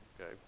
okay